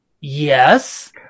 yes